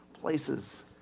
places